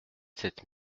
sept